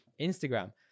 Instagram